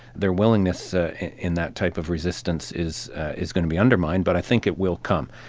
their willingness ah in that type of resistance is is going to be undermined, but i think it will come.